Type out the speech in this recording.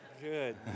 Good